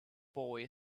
boy